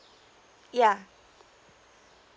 yeah